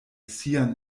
sian